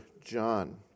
John